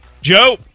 Joe